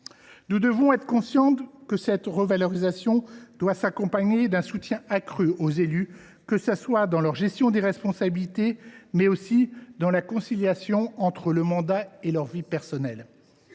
Nous devons être conscients que cette revalorisation doit s’accompagner d’un soutien accru aux élus, que ce soit dans leur gestion des responsabilités comme dans la conciliation entre mandat et vie personnelle.